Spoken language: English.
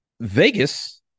Vegas